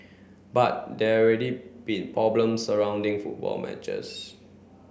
but there already been problem surrounding football matches